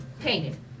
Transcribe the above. Painted